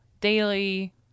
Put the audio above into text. daily